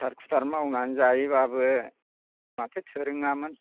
खुथार खुथार मावनानै जायोब्लाबो माथो थोरोङामोन